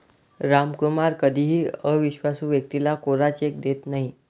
रामकुमार कधीही अविश्वासू व्यक्तीला कोरा चेक देत नाही